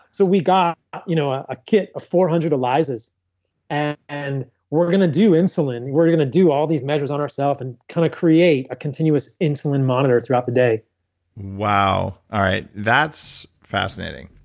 so we got you know ah a kit, a four hundred lysis and and we're going to do insulin. we're going to do all these measures on ourselves and kind of create a continuous insulin monitor throughout the day wow. all right. that's fascinating.